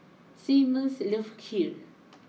Seamus love Kheer